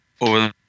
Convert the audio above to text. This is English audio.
over